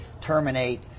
terminate